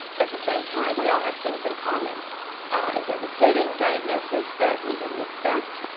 at the same time, we all have things in common ah devastating diagnosis that we didn't expect,